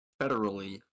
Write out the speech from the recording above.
federally